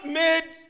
made